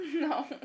No